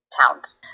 towns